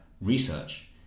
research